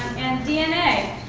dna.